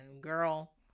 Girl